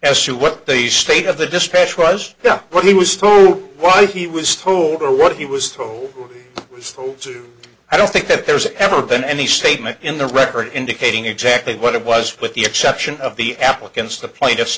as to what the state of the dispatch was what he was told why he was told or what he was told to i don't think that there's ever been any statement in the record indicating exactly what it was with the exception of the applicants the plaintiff